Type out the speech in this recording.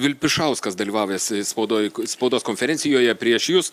vilpišauskas dalyvavęs spaudoj spaudos konferencijoje prieš jus